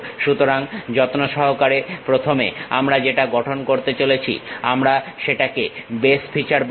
সুতরাং যত্নসহকারে প্রথমে আমরা যেটা গঠন করতে চলেছি আমরা সেটাকে বেস ফিচার বলি